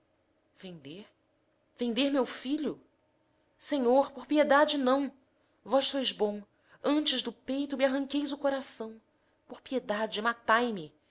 vender vender vender meu filho senhor por piedade não vós sois bom antes do peito me arranqueis o coração por piedade